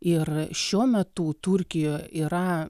ir šiuo metu turkijoje yra